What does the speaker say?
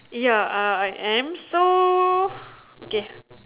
ya uh I am so okay